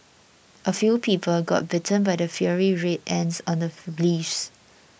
a few people got bitten by the fiery Red Ants on the leaves